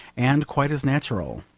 and quite as natural.